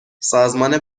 سازمان